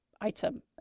item